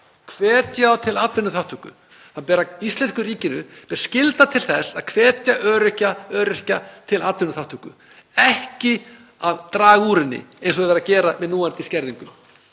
frekari atvinnuþátttöku. Íslenska ríkinu ber skylda til þess að hvetja öryrkja til atvinnuþátttöku, ekki að draga úr henni eins og er verið að gera með núverandi skerðingum.